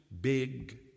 big